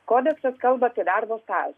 kodeksas kalba apie darbo stažą